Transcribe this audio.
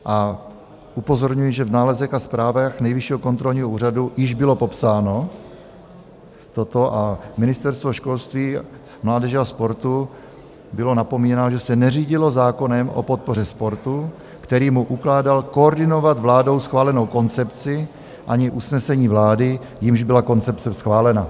A upozorňuji, že v nálezech a zprávách Nejvyššího kontrolního úřadu již bylo popsáno toto a Ministerstvo školství, mládeže a sportu bylo napomínáno, že se neřídilo zákonem o podpoře sportu, který mu ukládal koordinovat vládou schválenou koncepci, ani usnesením vlády, jímž byla koncepce schválena.